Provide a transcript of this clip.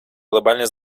глобальной